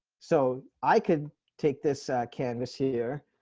so i could take this canvas here.